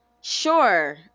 Sure